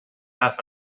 half